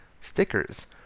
stickers